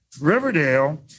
Riverdale